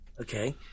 Okay